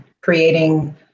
creating